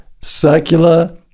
circular